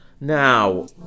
Now